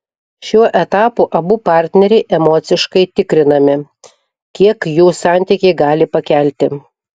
šiuo etapu abu partneriai emociškai tikrinami kiek jų santykiai gali pakelti